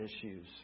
issues